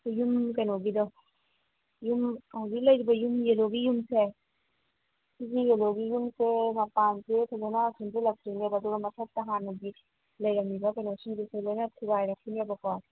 ꯑꯩꯈꯣꯏ ꯌꯨꯝ ꯀꯩꯅꯣꯒꯤꯗꯣ ꯍꯧꯖꯤꯛ ꯂꯩꯔꯤꯕ ꯌꯨꯝ ꯌꯦꯂꯣꯒꯤ ꯌꯨꯝꯁꯦ ꯁꯤꯒꯤ ꯌꯦꯂꯣꯒꯤ ꯌꯨꯝꯁꯦ ꯃꯄꯥꯟꯁꯦ ꯀꯩꯅꯣꯅ ꯁꯦꯝꯖꯤꯜꯂꯛꯇꯣꯏꯅꯦꯕ ꯑꯗꯨꯒ ꯃꯊꯛꯇ ꯍꯥꯟꯅꯒꯤ ꯂꯩꯔꯝꯃꯤꯕ ꯀꯩꯅꯣꯁꯤꯡꯗꯨꯁꯨ ꯂꯣꯏꯅ ꯊꯨꯒꯥꯏꯔꯛꯈꯤꯅꯦꯕꯀꯣ